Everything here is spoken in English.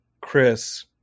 Chris